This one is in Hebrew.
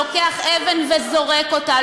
לוקח אבן וזורק אותה,